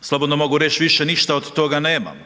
slobodno mogu reć, više ništa od toga nemamo.